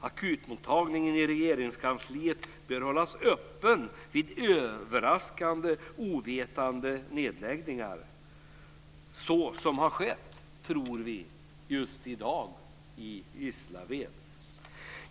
Akutmottagningen i Regeringskansliet bör hållas öppen vid överraskande och oväntade nedläggningar, såsom har skett i dag i Gislaved.